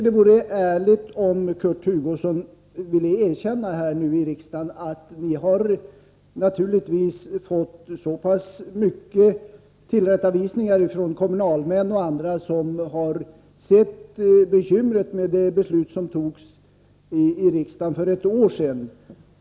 Det vore ärligt av Kurt Hugosson att nu här i kammaren erkänna att ni naturligtvis fått många tillrättavisningar från kommunalmän och andra som haft bekymmer till följd av det beslut som fattades här i riksdagen för ett år sedan.